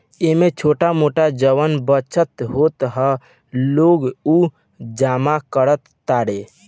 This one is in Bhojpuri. एमे छोट मोट जवन बचत होत ह लोग उ जमा करत तारे